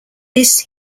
this